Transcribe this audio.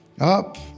up